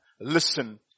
listen